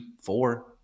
four